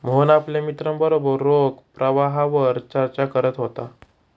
मोहन आपल्या मित्रांबरोबर रोख प्रवाहावर चर्चा करत होता